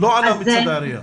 לא עלה מצד העירייה.